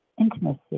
intimacy